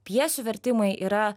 pjesių vertimai yra